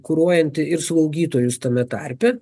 kuruojanti ir slaugytojus tame tarpe